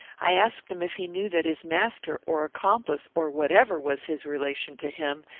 i asked him if he knew that his master, or accomplice, or whatever was his relation to him,